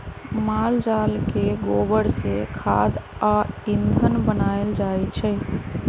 माल जाल के गोबर से खाद आ ईंधन बनायल जाइ छइ